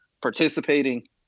participating